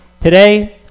Today